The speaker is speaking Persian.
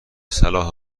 صلاح